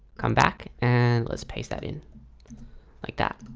come back and let's paste that in like that,